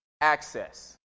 access